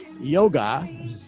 Yoga